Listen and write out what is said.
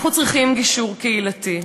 אנחנו צריכים גישור קהילתי.